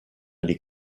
les